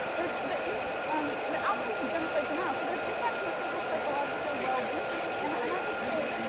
there's, the um the outcomes of genocide denial. so there's impacts on the social psychological well being, and and i would say,